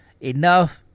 enough